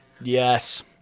Yes